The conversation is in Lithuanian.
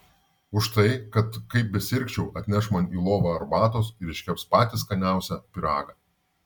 už tai kad kaip besirgčiau atneš man į lovą arbatos ir iškeps patį skaniausią pyragą